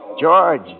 George